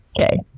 Okay